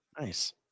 Nice